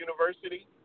University